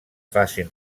facin